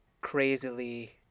crazily